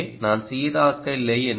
எனவே நான் சீராக இல்லை